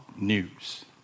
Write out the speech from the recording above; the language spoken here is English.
news